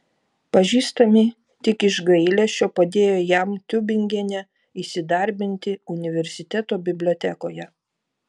pažįstami tik iš gailesčio padėjo jam tiubingene įsidarbinti universiteto bibliotekoje